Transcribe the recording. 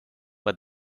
but